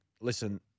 listen